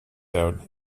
out